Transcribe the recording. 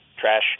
trash